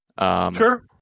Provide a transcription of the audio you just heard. Sure